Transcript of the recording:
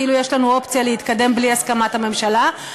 כאילו יש לנו אופציה להתקדם בלי הסכמת הממשלה,